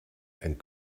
and